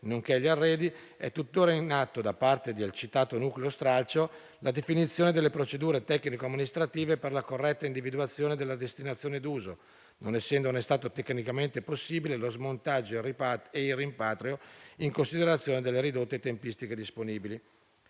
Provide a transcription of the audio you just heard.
nonché agli arredi, è tuttora in atto, da parte del citato nucleo stralcio, la definizione delle procedure tecnico-amministrative per la corretta individuazione della destinazione d'uso, non essendone stato tecnicamente possibile lo smontaggio e il rimpatrio in considerazione delle ridotte tempistiche disponibili.